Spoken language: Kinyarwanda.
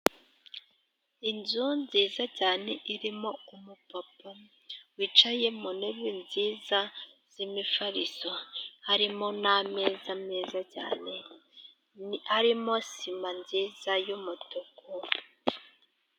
Inzu nziza cyane irimo umupapa wicaye mu ntebe nziza ,zimifariso harimo n'meza meza cyane .Harimo sima nziza y'umutuku.